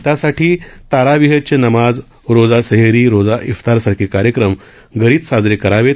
त्यासाठी तरावीहची नमाज रोजा सहेरी रोजा इफ्तारसारखे कार्यक्रम घरीच साजरे करावेत